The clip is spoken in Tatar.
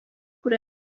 күрә